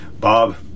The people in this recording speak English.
Bob